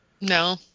No